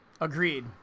agreed